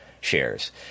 shares